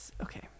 okay